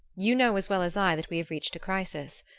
you know as well as i that we have reached a crisis.